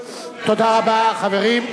תודה רבה, חברים.